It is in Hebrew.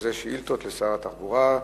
שזה שאילתות לשר התחבורה.